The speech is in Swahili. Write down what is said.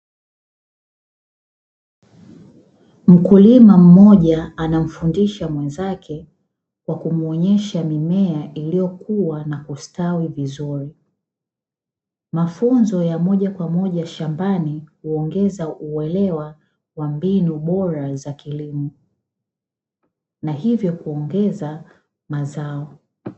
Mkulima mmoja anamfundisha mwezake kwa kumuonyesha mimea iliyokua na kustawi vizuri, mafunzo ya moja kwa moja shambani huongeza uelewa wa mbinu bora za kilimo na hivyo kuongeza mazao.